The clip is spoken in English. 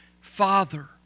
Father